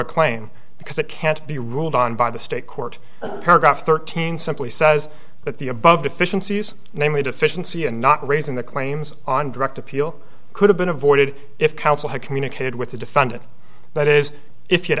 a claim because it can't be ruled on by the state court paragraph thirteen simply says that the above deficiencies namely deficiency and not raising the claims on direct appeal could have been avoided if counsel had communicated with the defendant that is if you